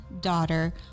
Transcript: daughter